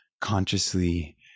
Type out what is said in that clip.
consciously